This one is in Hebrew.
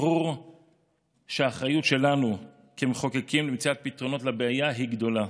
ברור שהאחריות שלנו כמחוקקים למצוא פתרונות לבעיה היא גדולה,